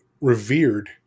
revered